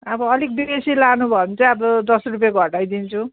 अब अलिक बेसी लानु भयो भने चाहिँ अब दस रुपियाँ घटाइदिन्छु